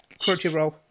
Crunchyroll